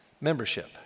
membership